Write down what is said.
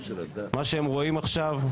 מה שהן רואות עכשיו,